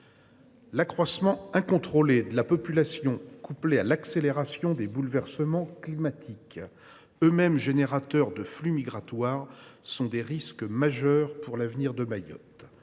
L’accroissement incontrôlé de la population, couplé à l’accélération de bouleversements climatiques suscitant eux mêmes des flux migratoires, représente un risque majeur pour l’avenir de Mayotte.